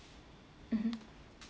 mmhmm